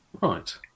right